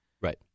Right